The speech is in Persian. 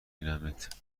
بینمت